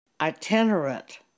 itinerant